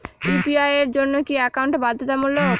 UPI এর জন্য কি একাউন্ট বাধ্যতামূলক?